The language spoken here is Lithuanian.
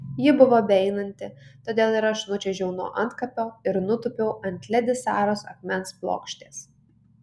ji buvo beeinanti todėl ir aš nučiuožiau nuo antkapio ir nutūpiau ant ledi saros akmens plokštės